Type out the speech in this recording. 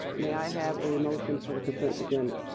may i have a motion for the consent agenda.